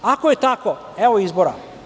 Ako je tako, evo izbora.